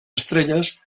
estrelles